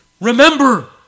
Remember